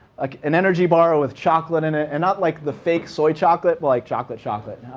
like an energy bar with chocolate in it. and not like the fake soy chocolate, but like chocolate chocolate.